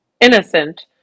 innocent